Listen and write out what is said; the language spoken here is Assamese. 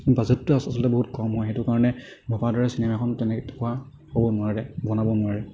বাজেটটো আচলতে বহুত কম হয় সেইটো কাৰণে ভবাৰ দৰে চিনেমাখন তেনেকুৱা হ'ব নোৱাৰে বনাব নোৱাৰে